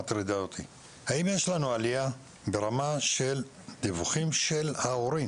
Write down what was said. האם יש לנו עלייה ברמה של דיווחים של ההורים